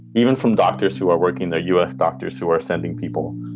even from doctors who are working, the us doctors who are sending people,